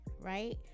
right